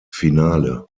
finale